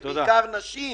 ובעיקר נשים,